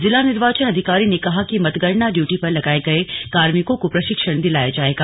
जिला निर्वाचन अधिकारी ने कहा कि मतगणना ड्यूटी पर लगाए गये कार्मिकों को प्रशिक्षण दिलाया जायेगा